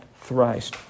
thrice